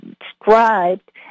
described